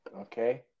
okay